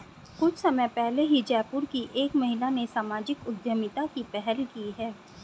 कुछ समय पहले ही जयपुर की एक महिला ने सामाजिक उद्यमिता की पहल की है